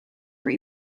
voor